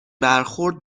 برخورد